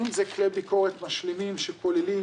אם זה כלי ביקורת משלימים שכוללים